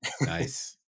Nice